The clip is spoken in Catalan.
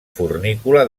fornícula